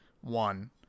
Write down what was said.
one